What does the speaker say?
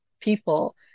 people